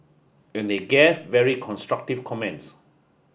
and they gave very constructive comments